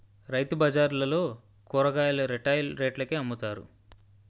రైతుబజార్లలో కూరగాయలు రిటైల్ రేట్లకే అమ్ముతారు